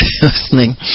listening